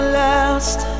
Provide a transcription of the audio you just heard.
last